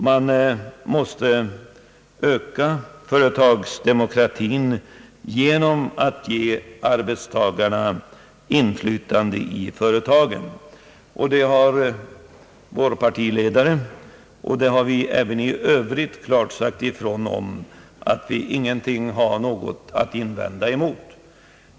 Man måste öka företagsdemokratin genom att ge arbetstagarna inflytande i företagen. Vår partiledare och även andra inom partiet har klart sagt ifrån att de inte har något att invända mot detta.